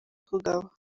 kugaba